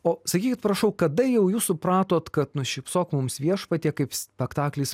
o sakykit prašau kada jau jūs supratote kad nusišypsok mums viešpatie kaip spektaklis